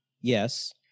yes